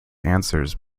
answers